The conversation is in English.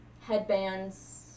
Headbands